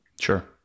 Sure